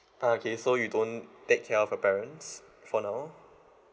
okay so you don't take care of your parents for now